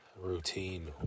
routine